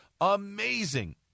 Amazing